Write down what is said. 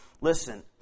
listen